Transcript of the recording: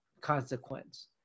consequence